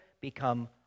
become